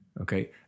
Okay